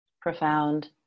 profound